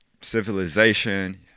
civilization